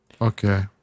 Okay